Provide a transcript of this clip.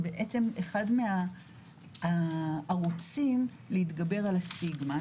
בעצם אחד מהערוצים להתגבר על הסטיגמה.